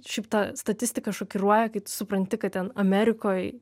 šiaip ta statistika šokiruoja kai tu supranti kad ten amerikoj